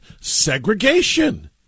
segregation